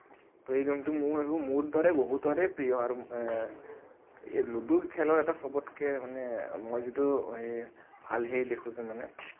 ত' গেমটো মোৰ মোৰ দৰে বহুতৰে প্ৰিয় আৰু এই লুডু খেলৰ এটা সবতকে মানে মই যিটো হে ভাল হেৰি দেখোঁ যে মানে